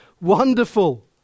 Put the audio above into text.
wonderful